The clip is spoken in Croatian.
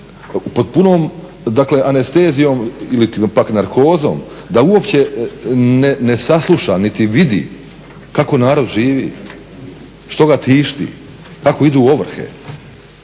pod punom dakle anestezijom iliti pak narkozom da uopće ne sasluša niti vidi kako narod živi, što ga tišti, kako idu ovrhe.